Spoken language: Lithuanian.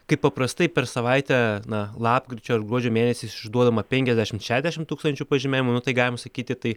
kai paprastai per savaitę na lapkričio ar gruodžio mėnesiais išduodama penkiasdešimt šešiasdešimt tūkstančių pažymėjimų tai galim sakyti tai